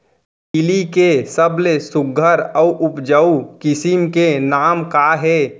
तिलि के सबले सुघ्घर अऊ उपजाऊ किसिम के नाम का हे?